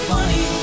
Funny